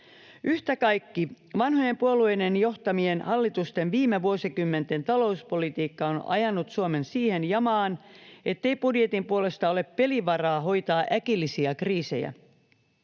Yhtä kaikki, vanhojen puolueiden johtamien hallitusten viime vuosikymmenten talouspolitiikka on ajanut Suomen siihen jamaan, ettei budjetin puolesta ole pelivaraa hoitaa äkillisiä kriisejä.